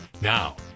Now